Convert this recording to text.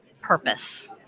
purpose